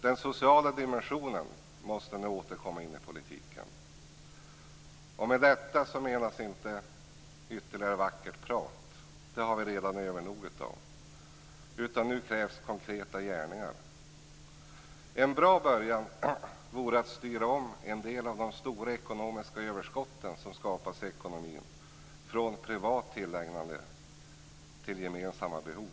Den sociala dimensionen måste nu återigen komma in i politiken, och med detta menas inte ytterligare vacker prat - det har vi redan övernog av. Nu krävs konkreta gärningar. En bra början vore att styra om en del av de stora ekonomiska överskotten som skapas i ekonomin från privat tillägnande till gemensamma behov.